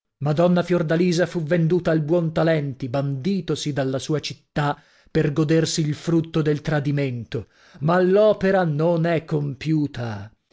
madonna fiordalisa fu venduta al buontalenti banditosi dalla sua città per godersi il frutto del tradimento ma l'opera non è compiuta